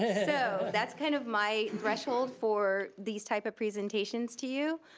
so that's kind of my threshold for these types of presentations to you,